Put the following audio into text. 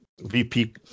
VP